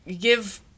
give